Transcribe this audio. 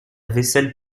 vaisselle